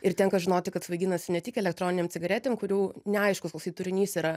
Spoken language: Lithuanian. ir tenka žinoti kad svaiginasi ne tik elektroninėm cigaretėm kurių neaiškus tasai turinys yra